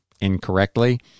incorrectly